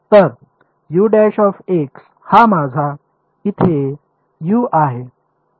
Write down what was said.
तर हा माझा इथे U आहे